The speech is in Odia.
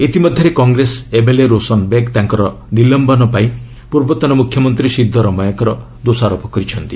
ଇତିମଧ୍ୟରେ କଂଗ୍ରେସ ଏମ୍ଏଲ୍ଏ ରୋଶନ ବେଗ୍ ତାଙ୍କର ନିଲମ୍ବନ ପାଇଁ ପୂର୍ବତନ ମୁଖ୍ୟମନ୍ତ୍ରୀ ସିଦ୍ଦରମେୟାଙ୍କର ଦୋଷାରୋପ କରିଛନ୍ତି